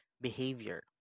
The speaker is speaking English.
behavior